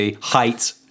Height